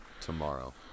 tomorrow